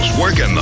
Working